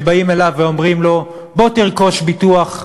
שבאים אליו ואומרים לו: בוא תרכוש ביטוח סיעודי,